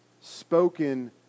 spoken